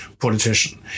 politician